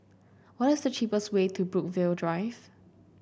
what is the cheapest way to Brookvale Drive